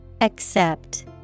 Accept